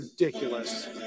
ridiculous